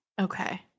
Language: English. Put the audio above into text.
Okay